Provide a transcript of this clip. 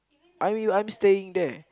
I you I'm staying there